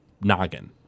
noggin